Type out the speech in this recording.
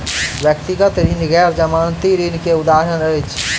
व्यक्तिगत ऋण गैर जमानती ऋण के उदाहरण अछि